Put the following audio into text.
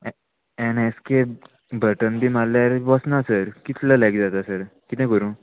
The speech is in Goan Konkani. एन एस के बटन बी मारल्यार वचना सर कितलो लॅक जाता सर कितें करूं